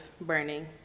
burning